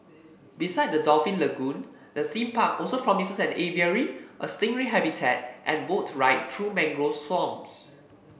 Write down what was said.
besides the dolphin lagoon the theme park also promises an aviary a stingray habitat and boat ride through mangrove swamps